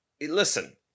listen